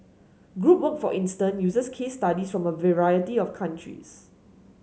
group work for instance uses case studies from a variety of countries